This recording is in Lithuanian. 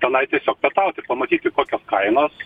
tenai tiesiog pietauti pamatyti kokios kainos